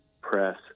Press